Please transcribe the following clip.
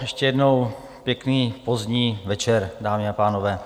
Ještě jednou pěkný pozdní večer, dámy a pánové.